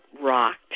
rocked